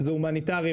זה הומניטרי,